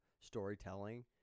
storytelling